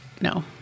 no